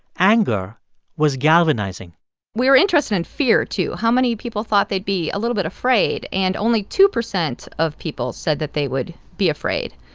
anger was galvanizing we were interested in fear, too. how many people thought they'd be a little bit afraid? and only two percent of people said that they would be afraid.